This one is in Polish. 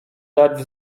dać